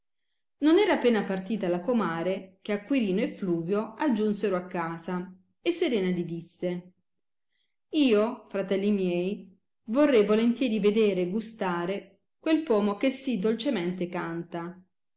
non era appena partita la comare che acquirino e eluvio aggiunsero a casa e serena gli disse io fratelli miei vorrei volentieri vedere e gustare quel pomo che sì dolcemente canta